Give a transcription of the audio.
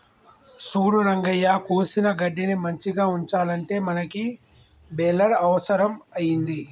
సూడు రంగయ్య కోసిన గడ్డిని మంచిగ ఉంచాలంటే మనకి బెలర్ అవుసరం అయింది